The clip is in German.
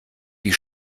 die